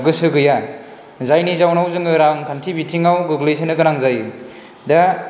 गोसो गैया जायनि जाउनाव जोङो रांखान्थि बिथिङाव गोग्लैसोनो गोनां जायो दा